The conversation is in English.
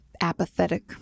apathetic